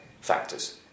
factors